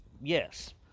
Yes